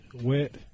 wet